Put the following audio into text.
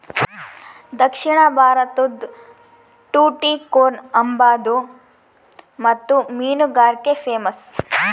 ದಕ್ಷಿಣ ಭಾರತುದ್ ಟುಟಿಕೋರ್ನ್ ಅಂಬಾದು ಮುತ್ತು ಮೀನುಗಾರಿಕ್ಗೆ ಪೇಮಸ್ಸು